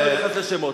אני לא נכנס לשמות.